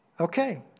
Okay